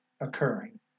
occurring